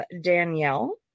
Danielle